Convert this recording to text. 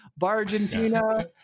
Bargentina